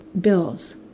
bills